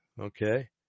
okay